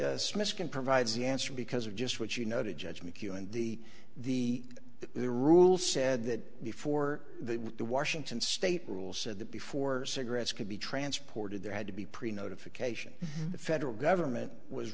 smits can provide the answer because of just what you know to judge mchugh and the the rule said that before the washington state rule said that before cigarettes could be transported there had to be pretty notification the federal government was